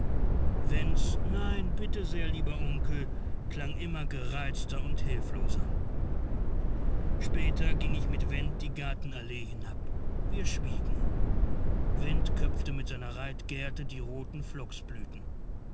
wents nein bitte sehr lieber onkel klang immer gereizter und hilfloser später ging ich mit went die gartenallee hinab wir schwiegen went köpfte mit seiner reitgerte die roten